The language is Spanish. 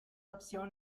opción